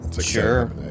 Sure